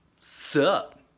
Sup